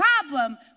problem